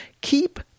keep